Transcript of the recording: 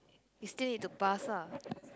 you still need to pass ah